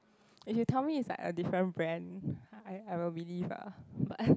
if you tell me is like a different brand I I will believe ah but